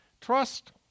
trust